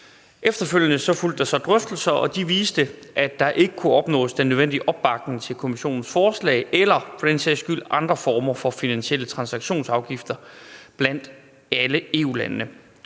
Efterfølgende fulgte så drøftelser, og de viste, at der ikke kunne opnås den nødvendige opbakning til Kommissionens forslag eller for den sags skyld andre former for finansielle transaktionsafgifter blandt alle EU-landene.